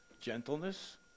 gentleness